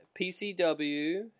PCW